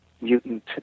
mutant